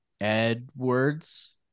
Edwards